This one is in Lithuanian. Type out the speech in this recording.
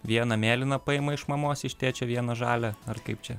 vieną mėlyną paima iš mamos iš tėčio vieną žalią ar kaip čia